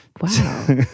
wow